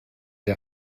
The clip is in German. der